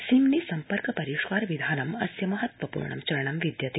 सीम्नि सम्पर्क परिष्कार विधानं अस्य महत्त्वपूर्ण चरणं विद्यते